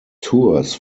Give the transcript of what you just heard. tours